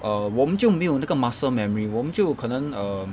err 我们就没有那个 muscle memory 我们就可能 um